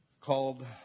called